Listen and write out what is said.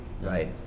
Right